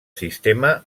sistema